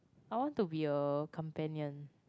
I want to be a companion